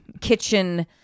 kitchen